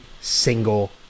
single